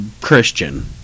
Christian